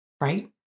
Right